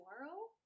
tomorrow